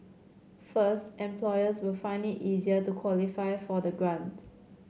first employers will find it easier to qualify for the grant